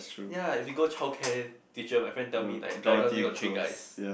ya if you go childcare teacher my friend tell me like the entire class only got three guys